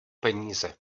peníze